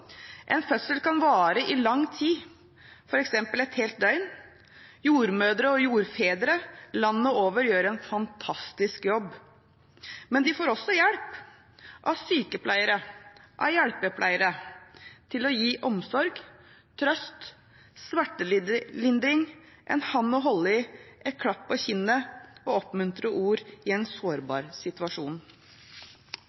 En fødsel kan vare i lang tid, f.eks. et helt døgn. Jordmødre og jordfedre landet over gjør en fantastisk jobb, men de får også hjelp av sykepleiere og hjelpepleiere til å gi omsorg, trøst, smertelindring, en hånd å holde i, et klapp på kinnet og oppmuntrende ord i en